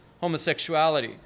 homosexuality